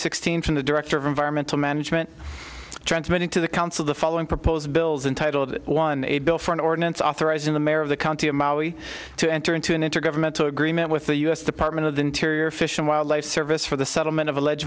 sixteen from the director of environmental management transmitting to the council the following proposed bills untitled one a bill for an ordinance authorizing the mayor of the county of maui to enter into an intergovernmental agreement with the u s department of the interior fish and wildlife service for the settlement of allege